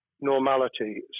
normality